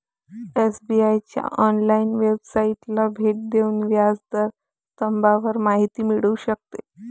SBI च्या online वेबसाइटला भेट देऊन व्याज दर स्तंभावर माहिती मिळू शकते